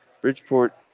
Bridgeport